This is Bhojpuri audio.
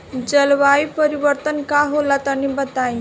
जलवायु परिवर्तन का होला तनी बताई?